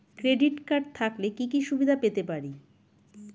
Credit card থাকলে কি কি সুবিধা পেতে পারি?